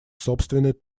собственный